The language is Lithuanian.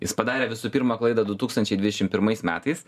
jis padarė visų pirma klaidą du tūkstančiai dvidešim pirmais metais